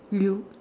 you